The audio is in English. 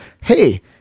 hey